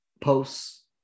posts